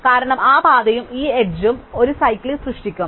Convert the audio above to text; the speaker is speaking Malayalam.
കാരണം ആ പാതയും ഈ എഡ്ജ് ഉം ഒരു സൈക്കിൾ സൃഷ്ടിക്കും